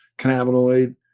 cannabinoid